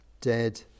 dead